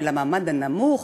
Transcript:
אל המעמד הנמוך,